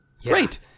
Great